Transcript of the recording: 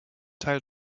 teil